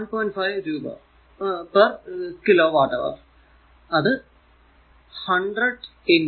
5 രൂപ per kilowatt hour അത് 100 1